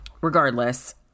Regardless